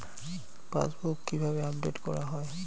Passbook কিভাবে update করা হয়?